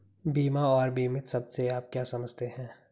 बीमा और बीमित शब्द से आप क्या समझते हैं?